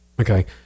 okay